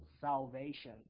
salvation